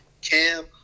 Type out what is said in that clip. Cam